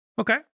Okay